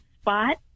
spot